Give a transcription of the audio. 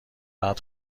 بعد